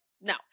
no